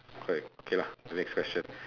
quite okay lah the next question